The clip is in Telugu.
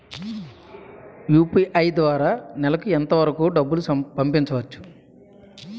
యు.పి.ఐ ద్వారా నెలకు ఎంత వరకూ డబ్బులు పంపించవచ్చు?